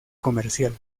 comercial